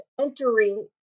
entering